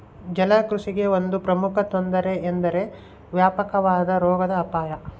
ಜಲಕೃಷಿಗೆ ಒಂದು ಪ್ರಮುಖ ತೊಂದರೆ ಎಂದರೆ ವ್ಯಾಪಕವಾದ ರೋಗದ ಅಪಾಯ